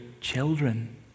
children